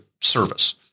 service